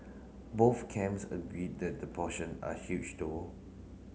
both camps agreed that the portion are huge though